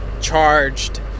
charged